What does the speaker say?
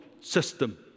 system